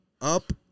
up